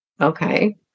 Okay